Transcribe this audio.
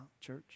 church